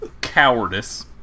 cowardice